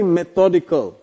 methodical